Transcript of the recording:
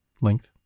length